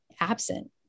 absent